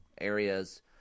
areas